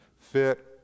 fit